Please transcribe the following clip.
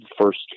first